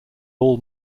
all